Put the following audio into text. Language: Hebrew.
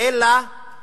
אלא אם